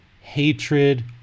hatred